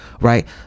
right